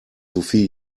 sophie